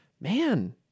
man